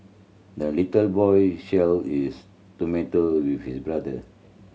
the little boy shared his tomato with his brother